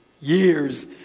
years